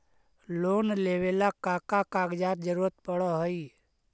Loan लेवेला का का कागजात जरूरत पड़ हइ?